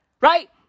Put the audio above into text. right